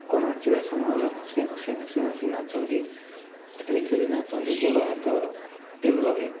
କ'ଣ ନାଚିବା ସମୟରେ ହସି ହସି ହସି ହସି ନାଚନ୍ତି ଖେଳି ଖେଳି ନାଚନ୍ତି ଗୋଡ଼ ହାତ ଆକ୍ଟିଭ୍ ରହେ